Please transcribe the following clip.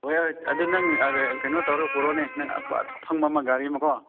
ꯍꯣꯏ ꯍꯣꯏ ꯑꯗꯣ ꯅꯪ ꯀꯩꯅꯣ ꯇꯧꯔꯒ ꯄꯨꯔꯛꯑꯣꯅꯦ ꯑꯐꯪꯕ ꯑꯃ ꯒꯥꯔꯤ ꯑꯃ ꯀꯣ